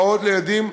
אימהות לילדים,